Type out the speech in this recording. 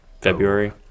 February